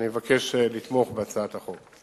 אני מבקש לתמוך בהצעת החוק.